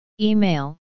Email